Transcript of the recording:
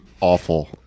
Awful